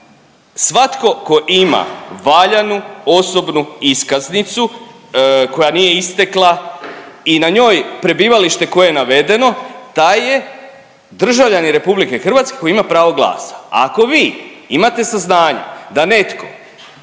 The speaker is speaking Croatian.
svatko tko ima valjanu osobnu iskaznicu koja nije istekla i na njoj prebivalište koje je navedeno taj je državljanin RH koji ima pravo glasa, a ako vi imate saznanja da netko